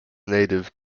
native